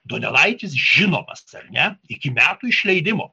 donelaitis žinomas ar ne iki metų išleidimo